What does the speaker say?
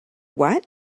what